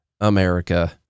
america